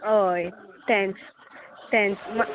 होय टॅन्स टॅन्स